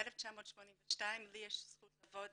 מ-1982 יש לי את הזכות לעבוד